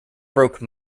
broke